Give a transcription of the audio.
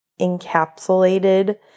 encapsulated